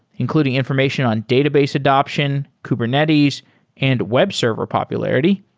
including information on database adaption, kubernetes and web server popularity.